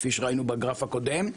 כפי שראינו בגרף הקודם.